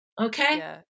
Okay